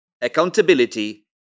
accountability